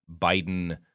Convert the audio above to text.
Biden